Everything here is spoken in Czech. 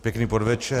Pěkný podvečer.